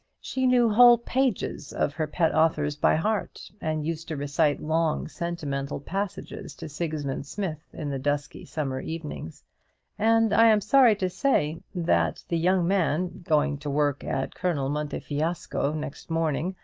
she knew whole pages of her pet authors by heart, and used to recite long sentimental passages to sigismund smith in the dusky summer evenings and i am sorry to say that the young man, going to work at colonel montefiasco next morning,